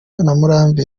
murambi